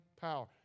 power